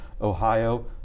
Ohio